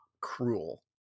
cruel